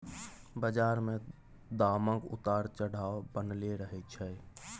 बजार मे दामक उतार चढ़ाव बनलै रहय छै